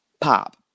pop